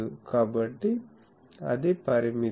కాబట్టి అది పరిమితి